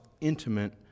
intimate